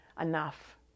enough